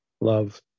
love